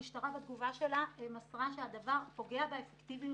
המשטרה בתגובה שלה מסרה שהדבר פוגע באפקטיביות